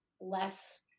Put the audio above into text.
less